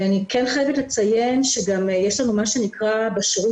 אני כן חייבת לציין שגם יש לנו מה שנקרא בשירות,